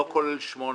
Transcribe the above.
לא כולל 2018